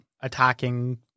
attacking